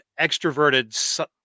extroverted